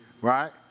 right